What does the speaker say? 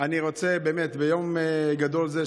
אני רוצה ביום גדול זה,